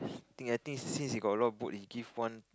think I think since he got a lot of boat he give one